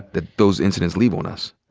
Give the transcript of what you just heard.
that those incidents leave on us?